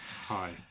Hi